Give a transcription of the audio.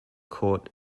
court